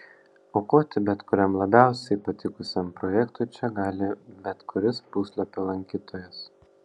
aukoti bet kuriam labiausiai patikusiam projektui čia gali bet kuris puslapio lankytojas